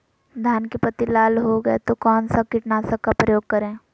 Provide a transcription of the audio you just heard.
धान की पत्ती लाल हो गए तो कौन सा कीटनाशक का प्रयोग करें?